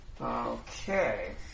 Okay